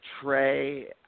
Trey –